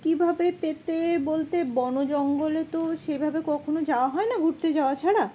কীভাবে পেতে বলতে বন জঙ্গলে তো সেভাবে কখনও যাওয়া হয় না ঘুরতে যাওয়া ছাড়া